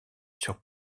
sur